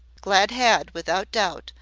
glad had, without doubt,